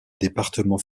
département